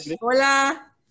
Hola